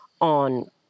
on